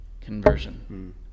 conversion